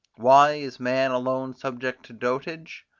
why is man alone subject to dotage?